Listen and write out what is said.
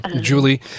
Julie